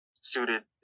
suited